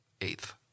eighth